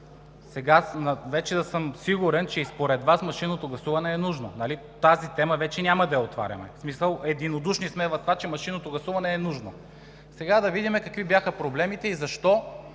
Сега вече съм сигурен, че и според Вас машинното гласуване е нужно. Нали тази тема няма вече да я отваряме? В смисъл – единодушни сме за това, че машинното гласуване е нужно. Сега да видим какви бяха проблемите и защо